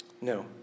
No